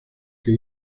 que